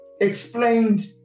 explained